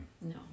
No